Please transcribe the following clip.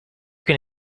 can